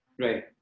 Right